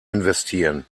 investieren